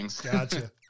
Gotcha